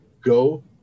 go